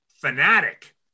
fanatic